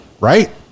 right